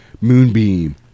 moonbeam